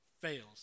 fails